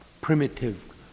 primitive